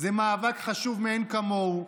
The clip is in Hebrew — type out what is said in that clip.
זה מאבק חשוב מאין כמוהו.